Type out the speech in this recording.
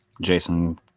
Jason